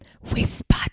Whisper